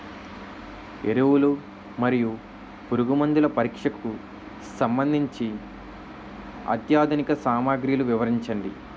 ఎరువులు మరియు పురుగుమందుల పరీక్షకు సంబంధించి అత్యాధునిక సామగ్రిలు వివరించండి?